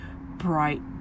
bright